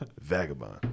Vagabond